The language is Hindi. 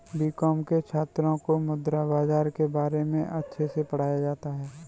बीकॉम के छात्रों को मुद्रा बाजार के बारे में अच्छे से पढ़ाया जाता है